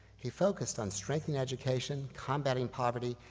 he focused on strengthening education, combating poverty,